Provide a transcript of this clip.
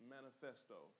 Manifesto